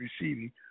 receiving